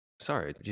sorry